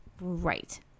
right